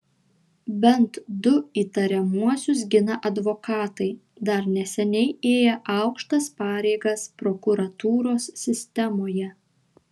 bent du įtariamuosius gina advokatai dar neseniai ėję aukštas pareigas prokuratūros sistemoje